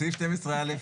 סעיף 12(א)